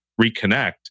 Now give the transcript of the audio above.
reconnect